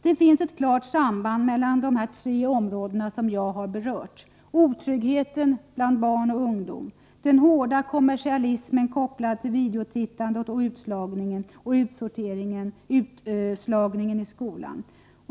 Det finns ett klart samband mellan de tre områden som jag berört — otrygghet bland barn och ungdomar, den hårda kommersialismen kopplad till videotittande samt utslagning och sortering i skolan.